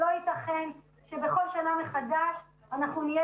לא ייתכן שבכל שנה מחדש אנחנו נהיה